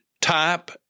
type